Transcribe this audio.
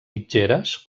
mitgeres